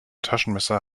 taschenmesser